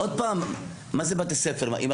בתי ספר זה